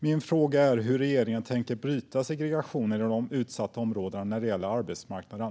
Min fråga är hur regeringen tänker bryta segregationen i de utsatta områdena när det gäller arbetsmarknaden.